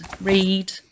read